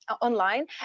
online